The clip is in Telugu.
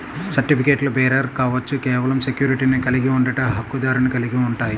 సర్టిఫికెట్లుబేరర్ కావచ్చు, కేవలం సెక్యూరిటీని కలిగి ఉండట, హక్కుదారుని కలిగి ఉంటాయి,